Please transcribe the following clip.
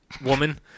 woman